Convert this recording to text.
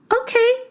Okay